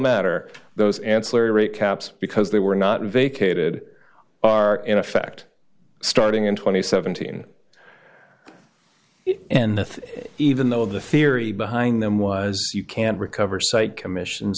matter those ancillary rate caps because they were not vacated are in effect starting in two thousand and seventeen and even though the theory behind them was you can't recover site commission